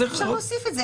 אפשר להוסיף את זה.